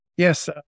Yes